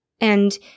And-